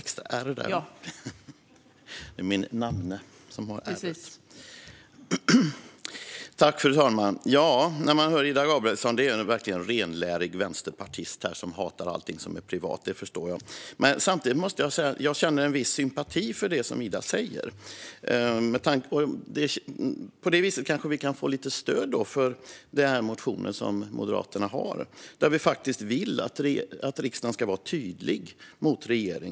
Fru talman! Ida Gabrielsson är verkligen en renlärig vänsterpartist som hatar allting som är privat. Det förstår jag. Ändå måste jag säga att jag känner en viss sympati för det som Ida säger. På det här viset kanske vi kan få lite stöd för den motion som Moderaterna har. Vi vill att riksdagen ska vara tydlig mot regeringen.